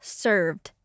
served